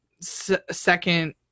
second